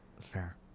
Fair